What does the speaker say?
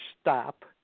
stop